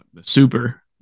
super